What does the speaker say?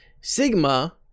Sigma